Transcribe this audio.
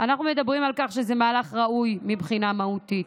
ואנחנו מדברים על כך שזה מהלך ראוי מבחינה מהותית.